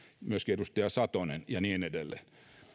myöskin edustaja satonen ja niin edelleen